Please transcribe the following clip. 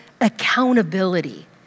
accountability